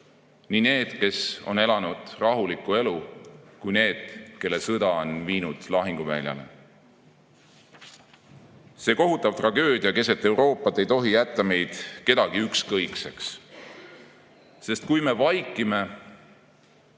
nii need, kes on elanud rahulikku elu, kui ka need, kelle sõda on viinud lahinguväljale. See kohutav tragöödia keset Euroopat ei tohi jätta meid kedagi ükskõikseks, sest kui me vaikime